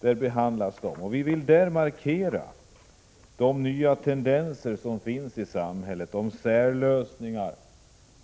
Vi vill där göra en markering mot de nya tendenser som finns i samhället i form av särlösningar.